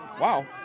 wow